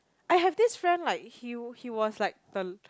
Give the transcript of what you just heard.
I have this friend like he he was like the